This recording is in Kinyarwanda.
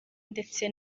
ndetse